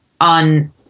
on